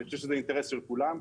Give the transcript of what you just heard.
אני חושב שזה אינטרס של כולם.